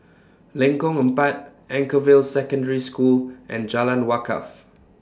Lengkong Empat Anchorvale Secondary School and Jalan Wakaff